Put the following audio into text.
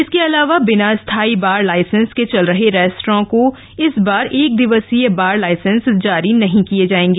इसके अलावा बिना स्थाई बार लाइसेंस के चल रहे रेस्टोरेंटों को इस बार एक दिवसीय बार लाइसेंस नहीं जारी होंगे